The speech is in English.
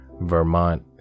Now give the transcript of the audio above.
Vermont